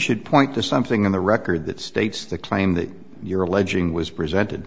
should point to something in the record that states the claim that you're alleging was presented